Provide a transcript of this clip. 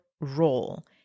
role